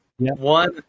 One